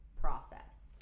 process